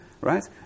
right